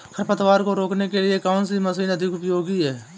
खरपतवार को रोकने के लिए कौन सी मशीन अधिक उपयोगी है?